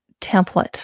template